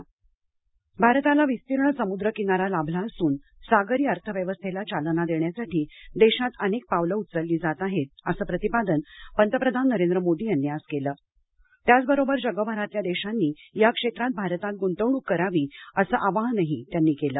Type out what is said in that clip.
पंतप्रधान भारताला विस्तीर्ण समुद्र किनारा लाभला असून सागरी अर्थव्यवस्थेला चालना देण्यासाठी देशात अनेक पावलं उचलली जात आहेत असं प्रतिपादन पंतप्रधान नरेंद्र मोदी यांनी आज केलं त्याचबरोबर जगभरातल्या देशांनी या क्षेत्रात भारतात गुंतवणूक करावी असं आवाहनही मोदी यांनी केलं